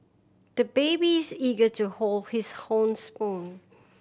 the baby is eager to hold his own spoon